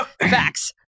facts